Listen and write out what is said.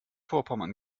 vorpommern